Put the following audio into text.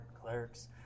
clerks